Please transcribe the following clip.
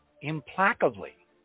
implacably